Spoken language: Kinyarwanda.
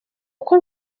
uko